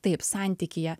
taip santykyje